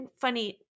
funny